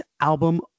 album